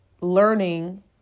learning